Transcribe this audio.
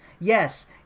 Yes